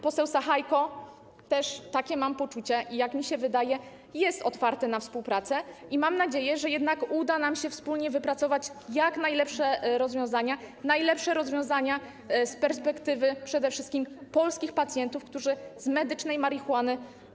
Poseł Sachajko, mam takie poczucie, jest, jak mi się wydaje, otwarty na współpracę i mam nadzieję, że jednak uda nam się wspólnie wypracować jak najlepsze rozwiązania, najlepsze rozwiązania z perspektywy przede wszystkim polskich pacjentów, którzy korzystają z medycznej marihuany.